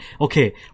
okay